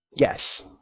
Yes